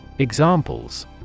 Examples